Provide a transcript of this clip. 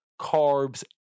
carbs